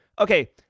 Okay